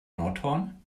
nordhorn